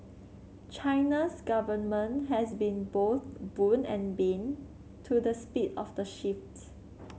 China's government has been both boon and bane to the speed of the shifts